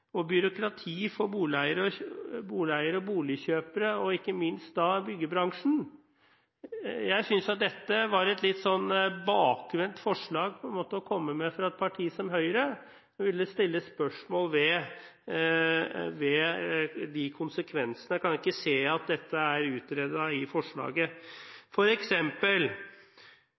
og byråkrati for boligeiere, boligkjøpere og ikke minst for byggebransjen? Jeg synes dette var et litt bakvendt forslag å komme med for et parti som Høyre, og jeg vil stille spørsmål ved konsekvensene. Jeg kan ikke se at dette er utredet i forslaget.